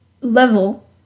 level